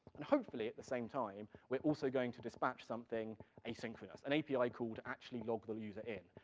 and hopefully at the same time, we're also going to dispatch something asynchronous, an api call to actually log the user in.